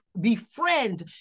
befriend